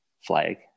flag